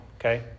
okay